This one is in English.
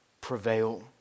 prevail